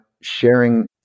sharing